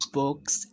books